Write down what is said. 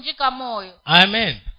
Amen